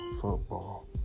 football